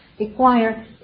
acquire